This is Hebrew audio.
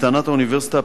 לטענת האוניברסיטה,